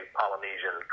polynesian